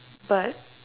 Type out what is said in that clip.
but